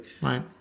Right